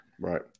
right